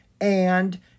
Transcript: and